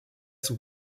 zum